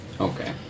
Okay